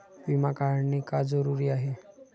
विमा काढणे का जरुरी आहे?